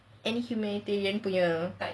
any humanitarian punya